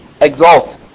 exalt